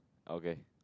okay